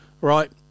right